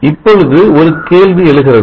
இப்பொழுது ஒரு கேள்வி எழுகிறது